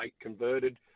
converted